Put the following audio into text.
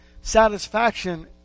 satisfaction